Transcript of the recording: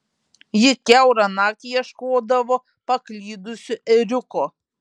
ji kiaurą naktį ieškodavo paklydusio ėriuko